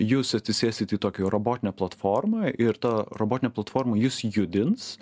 jūs atsisėsit į tokią robotinę platformą ir ta robotinė platforma jus judins